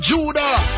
Judah